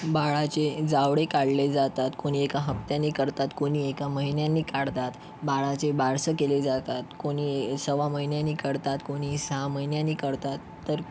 बाळाचे जावळ काढले जातात कोणी एका हप्त्याने करतात कोणी एका महिन्यानी काढतात बाळाचे बारसे केले जातात कोणी सव्वा महिन्यानी करतात कोणी सहा महिन्यानी करतात तर